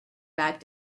that